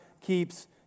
keeps